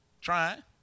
Trying